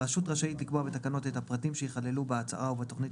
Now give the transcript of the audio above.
הרשות רשאית לקבוע בתקנות את הפרטים שיכללוהצהרה ובתוכנית